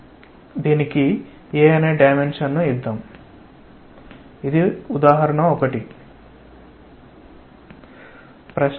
దీనికి a అనే కొలతను ఇద్దాం ఇది ఉదాహరణ 1